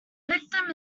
victim